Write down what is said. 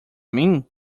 mim